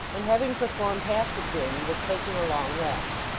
and having performed half the journey was taking a long rest.